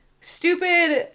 stupid